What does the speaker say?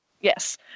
Yes